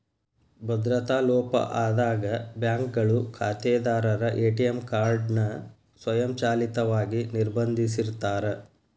ಭದ್ರತಾ ಲೋಪ ಆದಾಗ ಬ್ಯಾಂಕ್ಗಳು ಖಾತೆದಾರರ ಎ.ಟಿ.ಎಂ ಕಾರ್ಡ್ ನ ಸ್ವಯಂಚಾಲಿತವಾಗಿ ನಿರ್ಬಂಧಿಸಿರ್ತಾರ